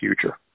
future